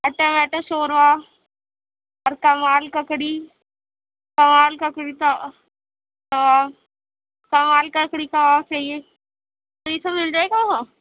اور ٹماٹر شوربا اور کمال ککڑی کمال ککڑی کا کمال ککڑی کباب چاہیے تو یہ سب مل جائے گا وہاں